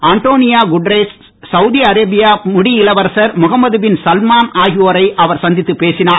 Antonio Guterres Saudi அரேபிய முடி இளவரசர் முகமது பின் சல்மான் ஆகியோரை அவர் சந்தித்து பேசினார்